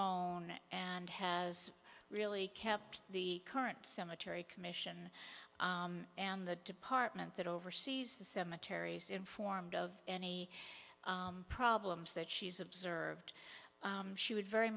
own and has really kept the current cemetery commission and the department that oversees the cemeteries informed of any problems that she's observed she would very